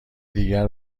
دیگر